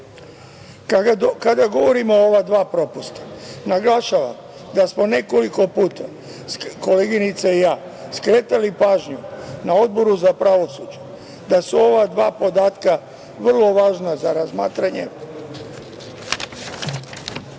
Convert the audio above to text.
govorimo o ova dva propusta, naglašavam da smo nekoliko puta, koleginica i ja, skretali pažnju, na Odboru za pravosuđe, da su ova dva podatka vrlo važna za razmatranje